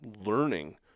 learning